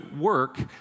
work